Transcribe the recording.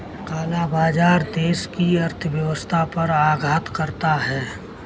काला बाजार देश की अर्थव्यवस्था पर आघात करता है